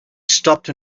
stopped